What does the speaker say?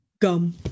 Gum